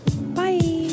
bye